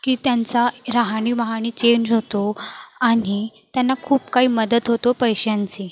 की त्यांचा राहानीवाहाणी चेंज होतो आनि त्यांना खूप काई मदत होतो पैशांची